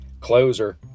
Closer